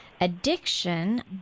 addiction